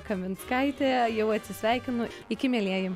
kaminskaitė jau atsisveikinu iki mielieji